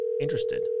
interested